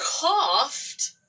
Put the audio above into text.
coughed